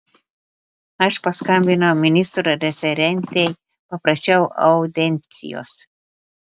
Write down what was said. aš paskambinau ministro referentei paprašiau audiencijos